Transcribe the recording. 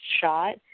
shot